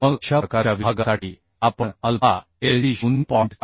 मग अशा प्रकारच्या विभागासाठी आपण अल्फा एल टी 0